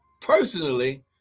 personally